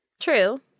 True